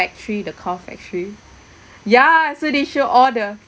factory the cow factory ya so they show all the